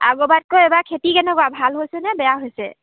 আগৰবাৰতকৈ এবাৰ খেতি কেনেকুৱা ভাল হৈছেনে বেয়া হৈছে